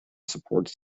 supports